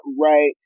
right